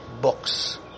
books